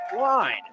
line